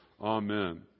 Amen